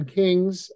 kings